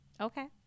okay